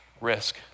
risk